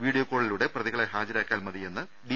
video കോളിലൂടെ പ്രതികളെ ഹാജരാക്കിയാൽ മതിയെന്ന് ഡി